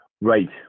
Right